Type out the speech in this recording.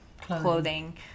clothing